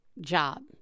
job